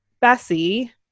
Bessie